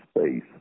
space